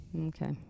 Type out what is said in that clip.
okay